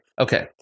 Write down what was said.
Okay